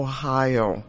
Ohio